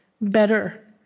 better